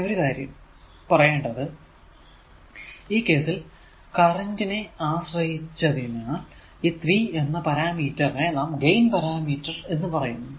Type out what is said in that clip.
പിന്നെ ഒരു കാര്യം പറയേണ്ടത് ഈ കേസിൽ കറന്റ് നെ ആശ്രയിച്ചായതിനാൽ ഈ 3 എന്ന പാരാമീറ്റർ നെ നാം ഗൈൻ പരാമീറ്റർ എന്ന് പറയുന്നു